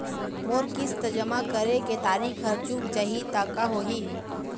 मोर किस्त जमा करे के तारीक हर चूक जाही ता का होही?